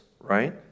right